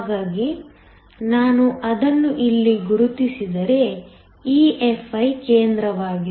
ಹಾಗಾಗಿ ನಾನು ಅದನ್ನು ಇಲ್ಲಿ ಗುರುತಿಸಿದರೆ EFi ಕೇಂದ್ರವಾಗಿದೆ